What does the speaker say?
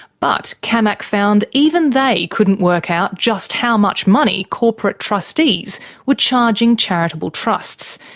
but camac found even they couldn't work out just how much money corporate trustees were charging charitable trusts,